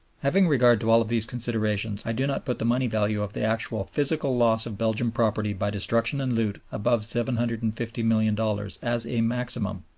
having regard to all these considerations, i do not put the money value of the actual physical loss of belgian property by destruction and loot above seven hundred and fifty million dollars as a maximum,